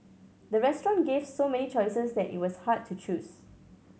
the restaurant gave so many choices that it was hard to choose